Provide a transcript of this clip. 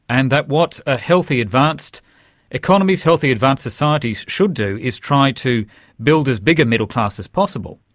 and that what ah healthy advanced economies, healthy advanced societies should do is try to build as big a middle class as possible.